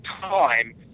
time